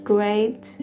Great